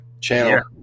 channel